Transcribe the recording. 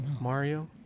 Mario